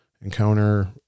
encounter